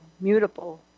mutable